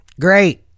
great